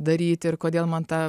daryti ir kodėl man tą